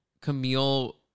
Camille